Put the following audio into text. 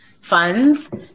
funds